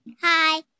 hi